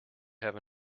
have